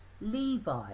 Levi